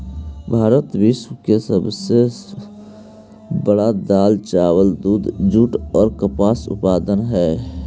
भारत विश्व के सब से बड़ा दाल, चावल, दूध, जुट और कपास उत्पादक हई